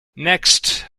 next